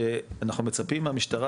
שאנחנו מצפים מהמשטרה